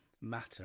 matter